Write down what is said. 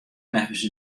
neffens